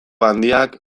handiak